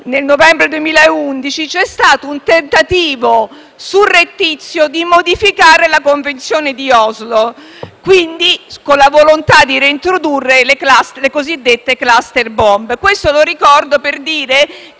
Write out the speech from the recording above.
nel novembre 2011, c'è stato un tentativo surrettizio di modificare la Convenzione di Oslo, con la volontà di reintrodurre le cosiddette *cluster bomb.*